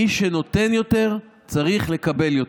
מי שנותן יותר צריך לקבל יותר.